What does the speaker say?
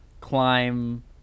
climb